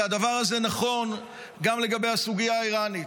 הדבר הזה נכון גם לגבי הסוגיה האיראנית,